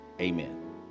amen